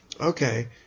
okay